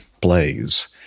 blaze